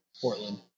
Portland